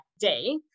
day